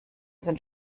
sind